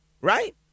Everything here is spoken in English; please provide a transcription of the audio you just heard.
right